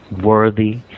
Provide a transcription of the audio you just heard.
worthy